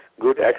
good